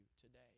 today